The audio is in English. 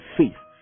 faith